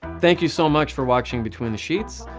thank you so much for watching between the sheets.